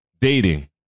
dating